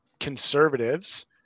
conservatives